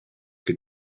che